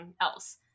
else